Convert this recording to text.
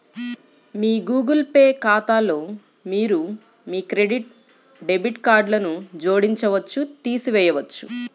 మీ Google Pay ఖాతాలో మీరు మీ క్రెడిట్, డెబిట్ కార్డ్లను జోడించవచ్చు, తీసివేయవచ్చు